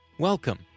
Welcome